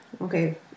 Okay